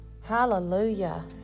hallelujah